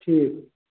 ठीक